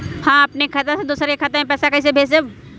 हम अपने खाता से दोसर के खाता में पैसा कइसे भेजबै?